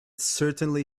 certainly